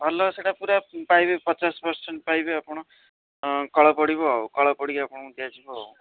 ଭଲ ସେଇଟା ପୁରା ପାଇବେ ପଚାଶ ପରସେଣ୍ଟ ପାଇବେ ଆପଣ କଳ ପଡ଼ିବ ଆଉ କଳ ପଡ଼ିକି ଆପଣଙ୍କୁ ଦିଆଯିବ ଆଉ